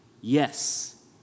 Yes